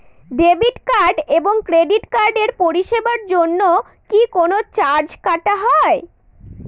Debit card এবং credit কার্ডের পরিষেবার জন্য কি কোন চার্জ কাটা হয়?